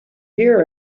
hear